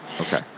Okay